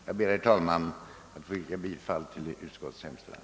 Jag ber, herr talman, att få yrka bifall till utskottets hemställan.